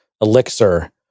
Elixir